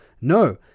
No